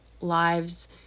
lives